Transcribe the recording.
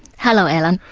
hello, alan.